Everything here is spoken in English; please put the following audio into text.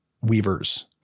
weavers